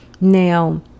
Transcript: Now